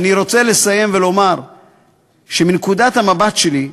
אני רוצה לסיים ולומר שמנקודת המבט שלי,